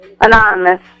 Anonymous